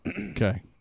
Okay